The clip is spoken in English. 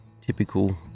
typical